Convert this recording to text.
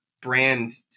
brand